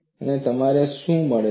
તો તમને શું મળે છે